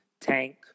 Tank